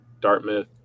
Dartmouth